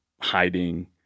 hiding